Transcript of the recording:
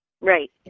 Right